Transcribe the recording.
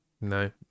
no